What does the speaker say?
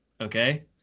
okay